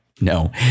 No